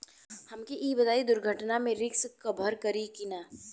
हमके ई बताईं दुर्घटना में रिस्क कभर करी कि ना?